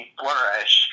flourish